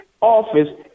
office